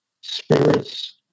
Spirits